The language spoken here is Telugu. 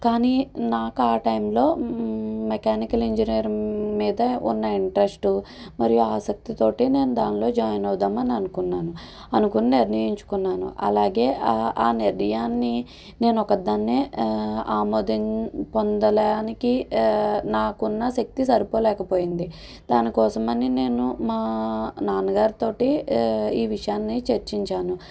కానీ నాకు ఆ టైమ్లో మెకానికల్ ఇంజనీర్ మీద ఉన్న ఇంట్రెస్ట్ మరియు ఆసక్తితోటే నేను దాంట్లో జాయిన్ అవుదాము అని అనుకున్నాను అనుకోని నిర్ణయించుకున్నాను అలాగే ఆ నిర్ణయాన్ని నేను ఒకదాన్నే ఆమోదం పొందడానికి నాకున్న శక్తి సరిపోలేకపోయింది దానికోసమని నేను మా నాన్నగారితో ఈ విషయాన్ని చర్చించాను